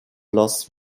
loss